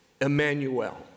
Emmanuel